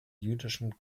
jüdischen